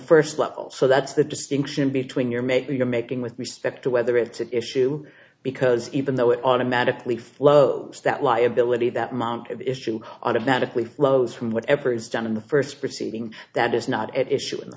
first level so that's the distinction between your mate you're making with respect to whether it's an issue because even though it automatically flows that liability that moment of issue automatically flows from whatever is done in the first proceeding that is not at issue in the